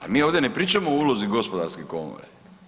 A mi ovdje ne pričamo o ulozi gospodarske komore.